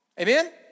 Amen